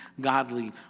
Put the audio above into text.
godly